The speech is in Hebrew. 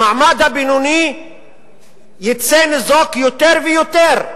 המעמד הבינוני יצא ניזוק יותר ויותר.